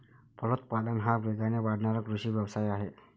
फलोत्पादन हा वेगाने वाढणारा कृषी व्यवसाय आहे